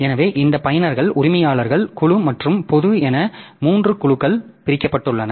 எனவே இந்த பயனர்கள் உரிமையாளர் குழு மற்றும் பொது என மூன்று குழுக்களாக பிரிக்கப்பட்டுள்ளனர்